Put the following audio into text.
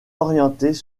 orientées